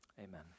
Amen